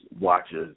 watches